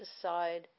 aside